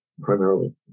primarily